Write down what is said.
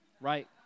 right